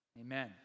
Amen